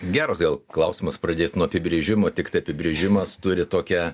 geras gal klausimas pradėt nuo apibrėžimo tiktai apibrėžimas turi tokią